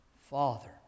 Father